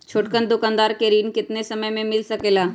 छोटकन दुकानदार के ऋण कितने समय मे मिल सकेला?